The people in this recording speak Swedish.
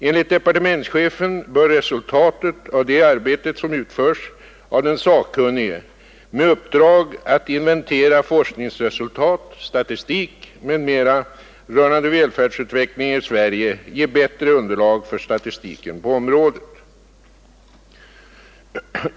Enligt departementschefen bör resultatet av det arbete som utförs av den sakkunnige med uppdrag att inventera forskningsresultat, statistik m.m. rörande välfärdsutvecklingen i Sverige ge bättre underlag för statistiken på området.